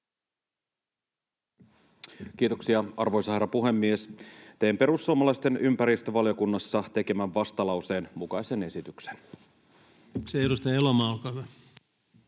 Kiitoksia, arvoisa herra puhemies! Teen perussuomalaisten ympäristövaliokunnassa tekemän vastalauseen mukaisen esityksen. Kiitoksia. — Edustaja Elomaa, olkaa hyvä.